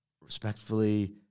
respectfully